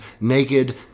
naked